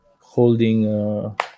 holding